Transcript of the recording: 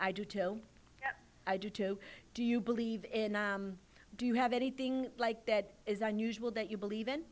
i do too i do too do you believe do you have anything like that is unusual that you believe in